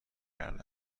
کرده